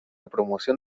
promoción